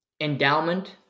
endowment